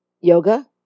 Yoga